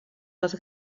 les